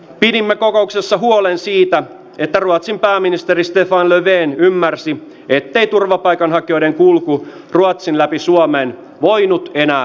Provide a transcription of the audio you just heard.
pidimme kokouksessa huolen siitä että ruotsin pääministeri stefan löfven ymmärsi ettei turvapaikanhakijoiden kulku ruotsin läpi suomeen voinut enää jatkua